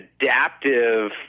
adaptive